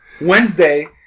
Wednesday